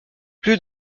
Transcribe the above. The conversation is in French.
plus